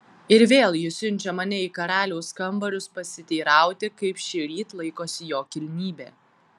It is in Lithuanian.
ir vėl ji siunčia mane į karaliaus kambarius pasiteirauti kaip šįryt laikosi jo kilnybė